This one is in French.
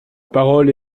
parole